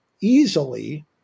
easily